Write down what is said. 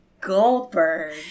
Goldberg